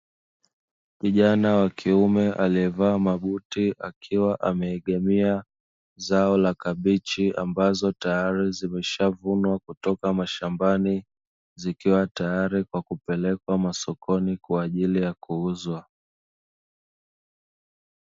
Kijana wa kiume aliyevaa mabuti akiwa ameegemea zao la kabichi ambazo tayari zimeshavunwa kutoka mashambani, zikiwa tayari kwa kupelekwa masokoni kwa ajili ya kuuzwa.